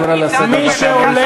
גם אותך אני קורא לסדר בפעם הראשונה.